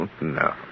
no